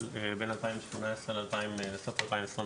בין 2018 לסוף 2021,